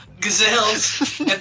gazelles